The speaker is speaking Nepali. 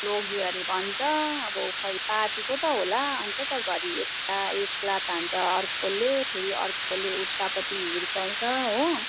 लग्यो अरे भन्छ अब खै पार्टीको त होला अन्त त घरि यता एक लात हान्छ अर्कोले फेरि अर्कोले उतापट्टि हिर्काउँछ हो